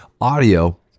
audio